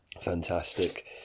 fantastic